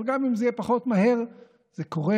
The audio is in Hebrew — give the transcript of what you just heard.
אבל גם אם זה יהיה פחות מהר, זה קורה,